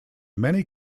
many